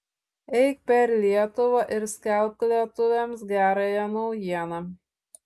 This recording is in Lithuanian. eik per lietuvą ir skelbk lietuviams gerąją naujieną